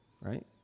right